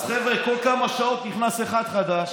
אז חבר'ה, כל כמה שעות נכנס אחד חדש,